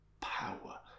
power